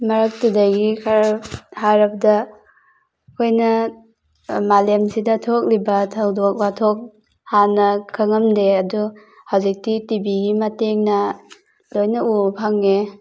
ꯃꯔꯛꯇꯨꯗꯒꯤ ꯈꯔ ꯍꯥꯏꯔꯕꯗ ꯑꯩꯈꯣꯏꯅ ꯃꯂꯦꯝꯁꯤꯗ ꯊꯣꯛꯂꯤꯕ ꯊꯧꯗꯣꯛ ꯋꯥꯊꯣꯛ ꯍꯥꯟꯅ ꯈꯪꯂꯝꯗꯦ ꯑꯗꯨ ꯍꯧꯖꯤꯛꯇꯤ ꯇꯤꯕꯤꯒꯤ ꯃꯇꯦꯡꯅ ꯂꯣꯏꯅ ꯎꯕ ꯐꯪꯉꯦ